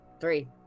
three